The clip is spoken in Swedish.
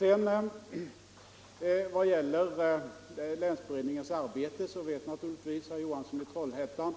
Vad så gäller länsberedningens arbete så vet naturligtvis herr Johansson i Trollhättan,